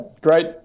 great